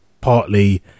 partly